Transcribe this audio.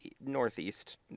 Northeast